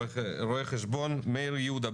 רואה חשבון מאיר יהודה,